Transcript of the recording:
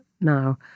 now